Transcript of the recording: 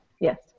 Yes